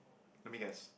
let me guess